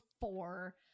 four